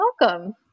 welcome